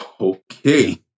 okay